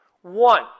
One